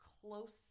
close